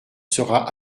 sera